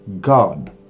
God